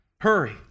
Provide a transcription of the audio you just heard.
hurry